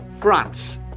france